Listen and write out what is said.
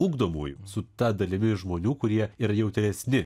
ugdomųjų su ta dalimi žmonių kurie yra jautresni